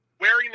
wearing